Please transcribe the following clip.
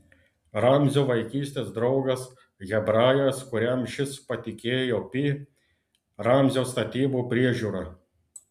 ramzio vaikystės draugas hebrajas kuriam šis patikėjo pi ramzio statybų priežiūrą